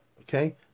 okay